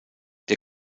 der